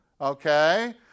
Okay